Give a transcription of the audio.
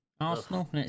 Arsenal